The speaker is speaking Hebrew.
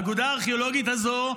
האגודה הארכיאולוגית הזאת,